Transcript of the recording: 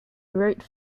wrote